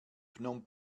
phnom